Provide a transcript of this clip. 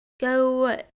go